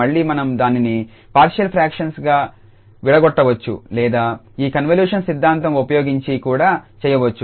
మళ్ళీ మనం దానిని పార్షియల్ ఫ్రాక్షన్లు గా విడగొట్టవచ్చు లేదా ఈ కన్వల్యూషన్ సిద్ధాంతం ఉపయోగించి కూడా చేయవచ్చు